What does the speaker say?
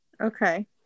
Okay